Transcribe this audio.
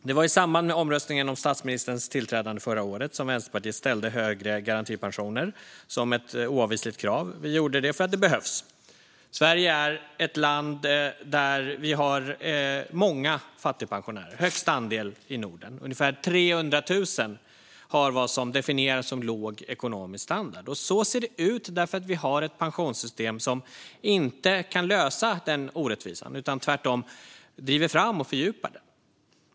Det var i samband med omröstningen om statsministerns tillträdande förra året som Vänsterpartiet ställde ett oavvisligt krav på högre garantipensioner. Vi gjorde det därför att det behövs. Sverige är ett land där vi har många fattigpensionärer. Vi har högst andel i Norden. Det är ungefär 300 000 som har vad som definieras som låg ekonomisk standard. Så ser det ut därför att vi har ett pensionssystem som inte kan lösa den orättvisan utan tvärtom driver fram och fördjupar den.